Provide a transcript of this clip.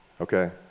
okay